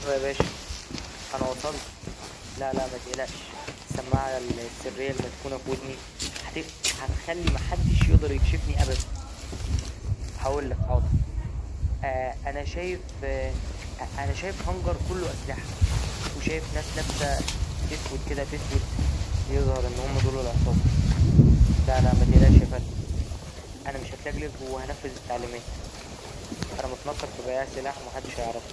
ايوه ياباشا أنا وصلت لا لا متقلقش السماعة السرية المدفونة في ودني هت ـ هتخلي محدش يقدر يكشفني ابدا هقولك حاضر أـ أنا شايف ـ أنا شايف هنجر كله أسلحه وشايف ناس لابسه أسود كده في أسود يظهر إن هما دول العصابة لا لا متقلقش يا فندم أنا مش هتلجلج وهنفذ التعليمات أنا متنكر في ومحدش هيعرفني.